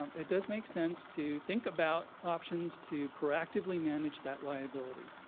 um it does make sense to think about options to proactively manage that liability.